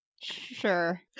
Sure